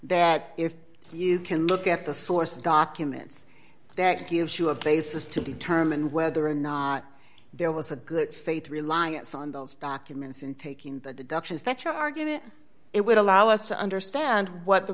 that if you can look at the source documents that gives you a basis to determine whether or not there was a good faith reliance on those documents and taking the actions that your argument it would allow us to understand what the